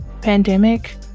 pandemic